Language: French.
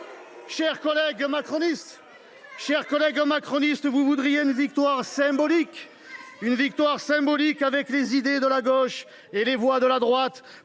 Chers collègues macronistes, vous voudriez une victoire symbolique, avec les idées de la gauche et les voix de la droite,